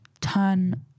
turn